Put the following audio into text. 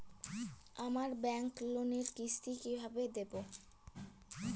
আমার ব্যাংক লোনের কিস্তি কি কিভাবে দেবো?